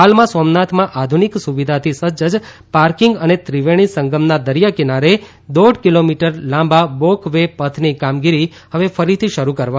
હાલમાં સોમનાથમાં આધુનિક સુવિધાથી સજ્જ પાર્કિંગ અને ત્રિવેણી સંગમના દરિયાઇ કિનારે દોઢ કિલોમીટર લાંબા વોક વે પથની કામગીરી હવે ફરીથી શરૂ કરવામાં આવશે